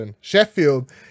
Sheffield